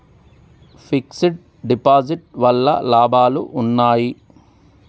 Fix డ్ deposit వల్ల లాభాలు ఉన్నాయి?